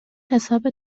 حساب